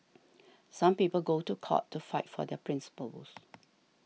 some people go to court to fight for their principles